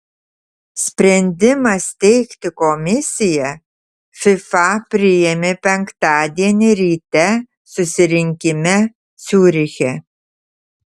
sprendimą steigti komisiją fifa priėmė penktadienį ryte susirinkime ciuriche